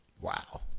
wow